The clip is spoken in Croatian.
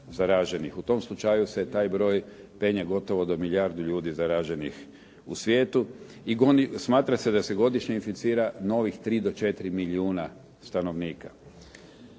U tom slučaju se taj broj penje gotovo do milijardu ljudi zaraženih u svijetu i smatra se da se godišnje inficira novih 3 do 4 milijuna stanovnika.